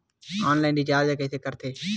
Online recharge कइसे करथे?